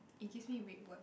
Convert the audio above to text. it gives me rip words